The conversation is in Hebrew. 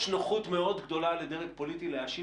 יש נוחות מאוד גדולה לדרג פוליטי להאשים